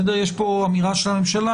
יש פה אמירה של הממשלה